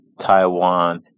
Taiwan